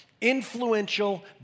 influential